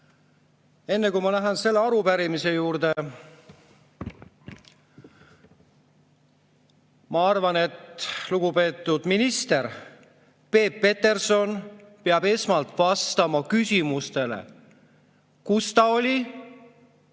Enne kui ma lähen selle arupärimise juurde, ma arvan, et lugupeetud minister Peep Peterson peab esmalt vastama küsimustele, kus ta oli